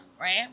right